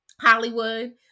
Hollywood